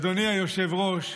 אדוני היושב-ראש,